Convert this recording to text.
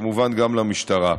וכמובן גם למשטרה.